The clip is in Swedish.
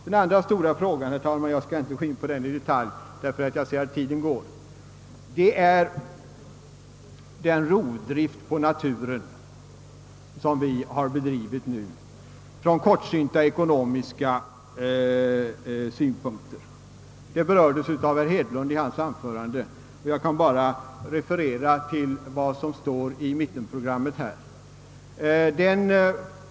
Den andra stora frågan — jag skall för att spara tid inte gå in på den i detalj — är den rovdrift på naturen som vi har bedrivit på grund av kortsynta ekonomiska synpunkter. Denna fråga berördes av herr Hedlund i hans anförande, och jag skall endast referera vad som står i mittenprogrammet.